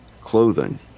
clothing